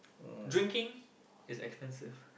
drinking is expensive